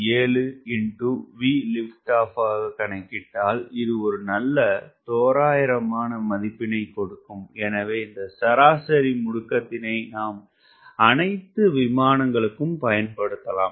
7 VLO கணக்கிட்டால் இது ஒரு நல்ல தோராயமான மதிப்பினைக் கொடுக்கும் எனவே இந்த சராசரி முடுக்கத்தினை நாம் அனைத்து விமானங்களுக்கும் பயன்படுத்தலாம்